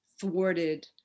thwarted